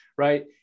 right